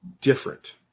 different